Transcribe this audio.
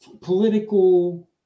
political